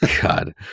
God